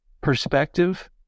perspective